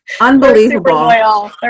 unbelievable